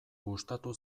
gustatu